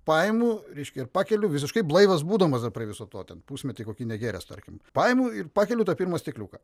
paimu ryškia ir pakeliu visiškai blaivas būdamas dar prie viso to ten pusmetį kokį negėręs tarkim paimu ir pakeliu tą pirmą stikliuką